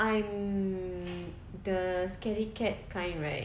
I'm the scaredy cat kind right